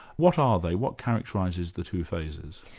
what are they? what characterises the two phases?